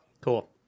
Cool